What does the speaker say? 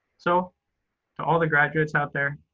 so to all the graduates out there,